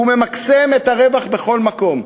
והוא ממקסם את הרווח בכל מקום.